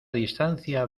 distancia